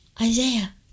Isaiah